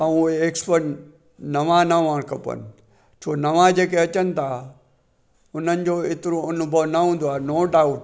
ऐं एक्सपट नवां नवां खपनि छो नवां जेके अचनि था उन्हनि जो हेतिरो अनुभव न हूंदो आहे नओं डाउट